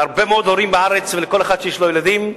להרבה מאוד הורים בארץ ולכל אחד שיש לו ילדים,